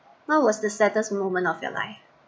what was the saddest moment of your life